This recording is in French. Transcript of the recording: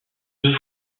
deux